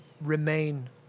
remain